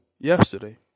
yesterday